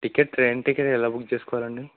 ticket train ticket ఎలా book చేసుకోవాలండీ